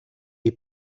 die